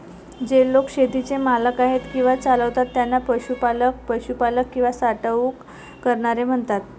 जे लोक शेतीचे मालक आहेत किंवा चालवतात त्यांना पशुपालक, पशुपालक किंवा साठवणूक करणारे म्हणतात